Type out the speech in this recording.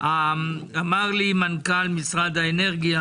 אמר לי מנכ"ל משרד האנרגיה,